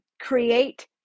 create